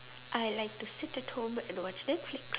I like sit at home and watch netflix